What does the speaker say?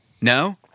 No